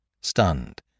stunned